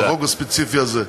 בחוק הספציפי הזה.